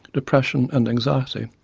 depression and anxiety.